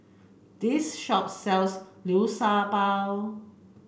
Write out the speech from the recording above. this shop sells Liu Sha Bao